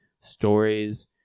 stories